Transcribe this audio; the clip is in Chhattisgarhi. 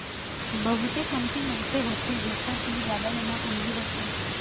बहुते कमती मनखे होथे जेखर तीर जादा जमा पूंजी होथे